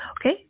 Okay